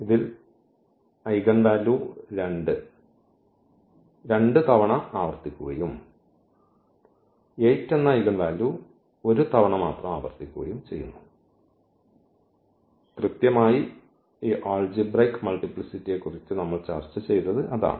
അതിനാൽ ഈ ഐഗൻവാല്യൂ 2 രണ്ടുതവണ ആവർത്തിക്കുകയും ഈ 8 ഒരു തവണ ആവർത്തിക്കുകയും ചെയ്യുന്നു കൃത്യമായി ഈ ആൾജിബ്രയ്ക് മൾട്ടിപ്ലിസിറ്റിയെക്കുറിച്ച് നമ്മൾ ചർച്ച ചെയ്തത് അതാണ്